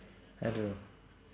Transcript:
I don't know